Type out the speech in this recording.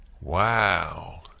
Wow